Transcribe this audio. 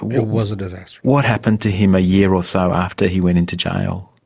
it was a disaster. what happened to him a year or so after he went into jail?